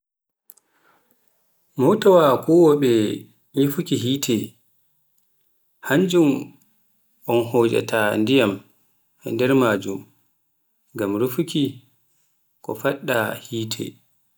Mootaawa kuwooɓe nyifuki hiite, hannjum on hooƴata ndiyam e nder maajum ngam rufuki koo paɗɗaa hiite.